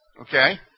Okay